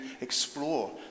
explore